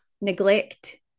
neglect